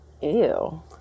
Ew